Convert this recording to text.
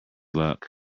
luck